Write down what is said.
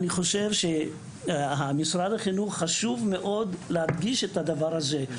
אני חושב שחשוב מאוד שמשרד החינוך ידגיש את הדבר הזה.